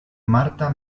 marta